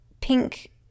pink